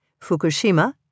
Fukushima